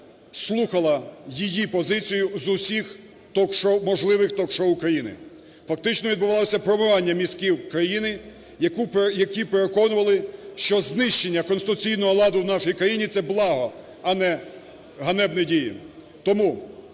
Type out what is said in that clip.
слухали її позицію з усіх можливих ток-шоу країни. Фактично відбувалося промивання мізків країни, які переконували, що знищення конституційного ладу в нашій країні – це благо, а не ганебні дії.